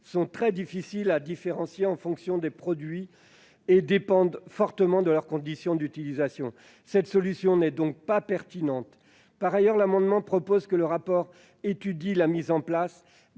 étant très difficiles à différencier en fonction des produits et dépendant fortement de leurs conditions d'utilisation, cette solution n'est pas pertinente. Par ailleurs, nous proposons que le rapport étudie l'opportunité de